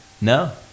No